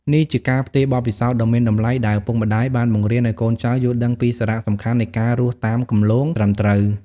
នេះជាការផ្ទេរបទពិសោធន៍ដ៏មានតម្លៃ ដែលឪពុកម្ដាយ បានបង្រៀនឲ្យកូនចៅយល់ដឹងពីសារៈសំខាន់នៃការរស់តាមគន្លងត្រឹមត្រូវ។